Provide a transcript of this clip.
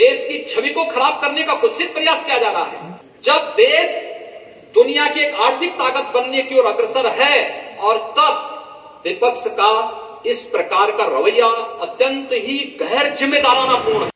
प्रदेश की छवि को खराब करने का कुत्सित प्रयास किया जा रहा हैं जब देश दुनिया के आर्थिक ताकत बनने की ओर अग्रसर हैं और तब विपक्ष का इस प्रकार का रवैया अत्यन्त ही गैर जिम्मेदराना प्रर्ण है